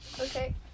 Okay